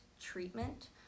treatment